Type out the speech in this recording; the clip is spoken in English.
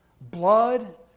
Blood